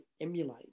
emulate